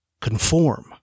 conform